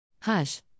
Hush